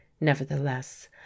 nevertheless